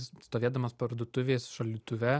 stovėdamas parduotuvės šaldytuve